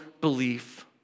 belief